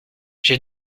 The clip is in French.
j’ai